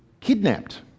kidnapped